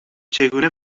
چگونه